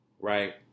Right